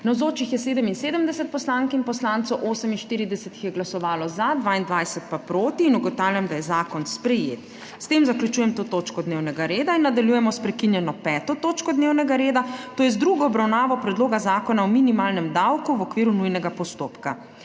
Navzočih je 77 poslank in poslancev, 48 jih je glasovalo za, 22 pa proti. (Za je glasovalo 48.) (Proti 22.) Ugotavljam, da je zakon sprejet. S tem zaključujem to točko dnevnega reda. Nadaljujemo s prekinjeno 5. točko dnevnega reda, to je z drugo obravnava Predloga zakona o minimalnem davku v okviru nujnega postopka.